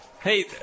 Hey